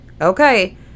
Okay